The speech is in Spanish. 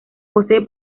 posee